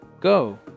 Go